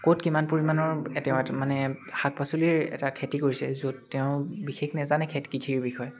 ক'ত কিমান পৰিমাণৰ তেওঁ মানে শাক পাচলিৰ এটা খেতি কৰিছে য'ত তেওঁ বিশেষ নেজানে খেতি কৃষিৰ বিষয়ে